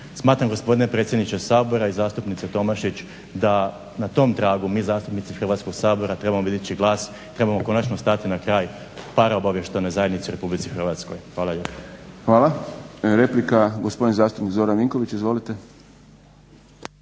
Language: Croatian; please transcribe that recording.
Smatram gospodine predsjedniče Sabora i zastupnice Tomašić da na tom tragu mi zastupnici Hrvatskog sabora trebamo dići glas, trebamo konačno stati na kraj paraobavještajnoj zajednici u RH. Hvala lijepo. **Šprem, Boris (SDP)** Hvala. Replika, gospodin zastupnik Zoran Vinković. Izvolite.